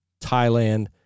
Thailand